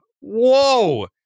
whoa